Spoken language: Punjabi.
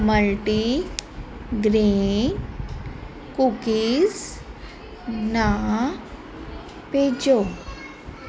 ਮਲਟੀਗ੍ਰੇਨ ਕੂਕੀਜ਼ ਨਾ ਭੇਜੋ